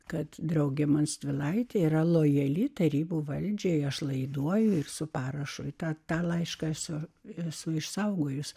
kad draugė monstvilaitė yra lojali tarybų valdžiai aš laiduoju ir su parašu į tą tą laišką su visu išsaugojus